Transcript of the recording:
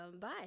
bye